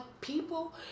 people